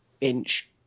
inch